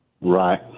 Right